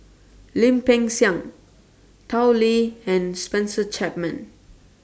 Lim Peng Siang Tao Li and Spencer Chapman